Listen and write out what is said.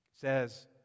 says